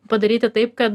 padaryti taip kad